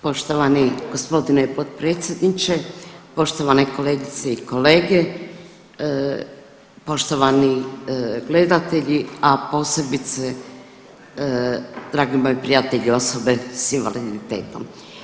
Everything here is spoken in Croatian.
Poštovani gospodine potpredsjedniče, poštovane kolegice i kolege, poštovani gledatelji, a posebice dragi moji prijatelji osobe s invaliditetom.